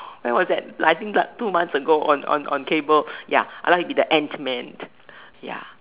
when was that like I think two months ago on on on cable ya I like to be the Ant-Man ya